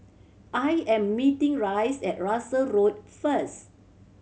I am meeting Rice at Russels Road first